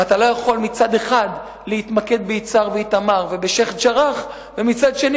ואתה לא יכול מצד אחד להתמקד ביצהר ואיתמר ובשיח'-ג'ראח ומצד שני